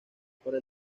para